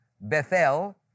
Bethel